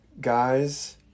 guy's